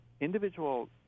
Individual